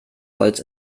holz